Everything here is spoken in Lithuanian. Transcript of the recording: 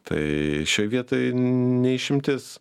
tai šioj vietoj neišimtis